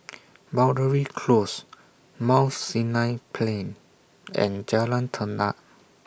Boundary Close Mount Sinai Plain and Jalan Tenang